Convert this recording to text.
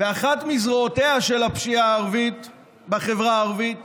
ואחת מזרועותיה של הפשיעה הערבית בחברה הערבית